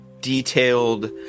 detailed